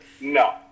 no